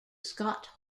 scott